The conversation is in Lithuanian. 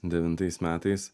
devintais metais